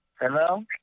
hello